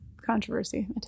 controversy